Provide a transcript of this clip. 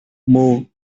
moved